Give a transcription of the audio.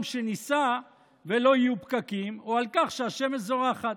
שניסע ולא יהיו פקקים או על כך שהשמש זורחת.